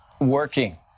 working